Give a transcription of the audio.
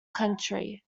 country